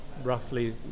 roughly